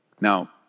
Now